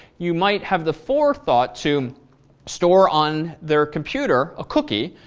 you might have the forethought to store on their computer, a cookie.